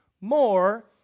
more